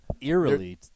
eerily